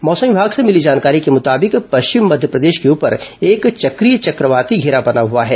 मौसम विभाग से मिली जानकारी के मुताबिक पश्चिम मध्यप्रदेश के ऊपर एक चक्रीय चक्रवाती घेरा बना हआ है